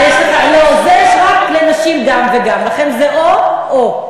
זה רק לנשים, גם וגם, לגברים זה או-או.